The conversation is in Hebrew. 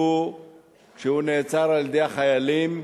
כשהוא נעצר על-ידי החיילים,